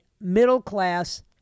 middle-class